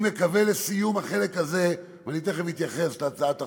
לסיום החלק הזה, ותכף אתייחס להצעת החוק,